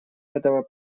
этого